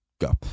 go